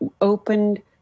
opened